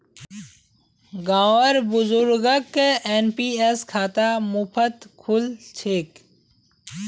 गांउर बुजुर्गक एन.पी.एस खाता मुफ्तत खुल छेक